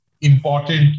important